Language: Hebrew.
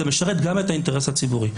זה משרת גם את האינטרס הציבורי.